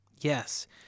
Yes